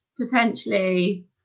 potentially